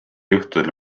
juhtudel